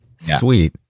Sweet